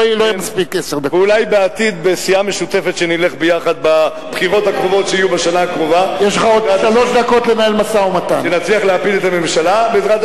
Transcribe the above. לא יספיקו לך עשר דקות לציין מה היה בעבר ומה יהיה בעתיד